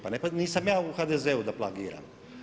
Pa nisam ja u HDZ-u da plagiram.